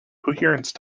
coherence